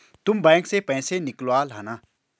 तुम बैंक से पैसे निकलवा लाना